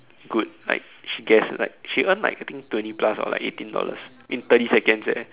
good like she guessed like she earned like I think twenty plus or like eighteen dollars in thirty seconds eh